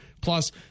Plus